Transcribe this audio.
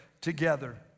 together